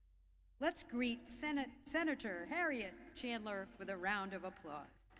let's greet senator senator harriet chandler with a round of applause.